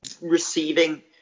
receiving